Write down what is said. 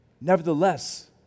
nevertheless